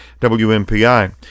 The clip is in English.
WMPI